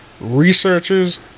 Researchers